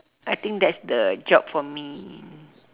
I think that's the job for me